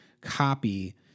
copy